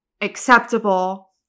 acceptable